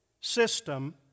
system